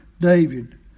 David